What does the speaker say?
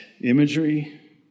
imagery